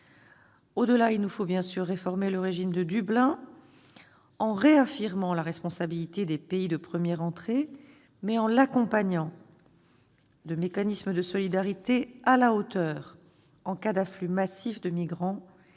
Au-delà, il nous faut bien sûr réformer le régime de Dublin en réaffirmant la responsabilité des pays de première entrée, mais en l'accompagnant de mécanismes de solidarité à la hauteur en cas d'afflux massifs de migrants et en faisant